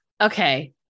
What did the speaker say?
okay